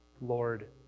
Lord